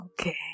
Okay